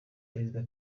perezida